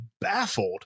baffled